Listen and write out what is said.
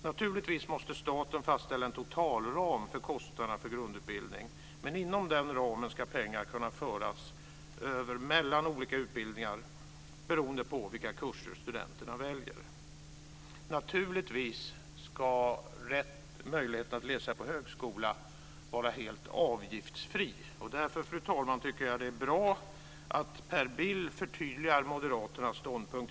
Naturligtvis måste staten fastställa en totalram för kostnaderna för grundutbildning, men inom den ramen ska pengar kunna föras över mellan olika utbildningar beroende på vilka kurser studenterna väljer. Naturligtvis ska möjligheten att läsa på högskola vara helt avgiftsfri. Därför, fru talman, tycker jag att det är bra att Per Bill förtydligar moderaternas ståndpunkt.